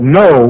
no